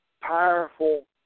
powerful